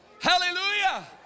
Hallelujah